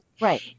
right